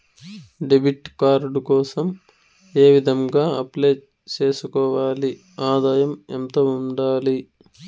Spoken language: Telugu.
డెబిట్ కార్డు కోసం ఏ విధంగా అప్లై సేసుకోవాలి? ఆదాయం ఎంత ఉండాలి?